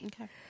Okay